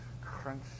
crunch